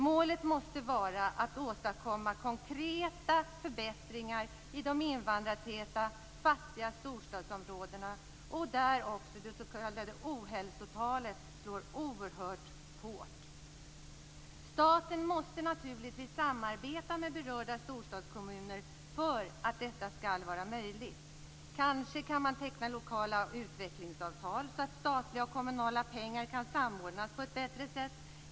Målet måste vara att åstadkomma konkreta förbättringar i de invandrartäta, fattiga storstadsområdena där också det s.k. ohälsotalet slår oerhört hårt. Staten måste naturligtvis samarbeta med berörda storstadskommuner för att detta skall vara möjligt. Kanske kan man teckna lokala utvecklingsavtal så att statliga och kommunala pengar kan samordnas på ett bättre sätt.